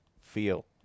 feel